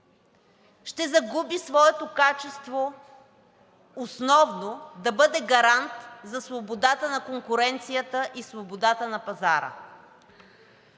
ще загуби своето основно качество да бъде гарант за свободата на конкуренцията и свободата на пазара.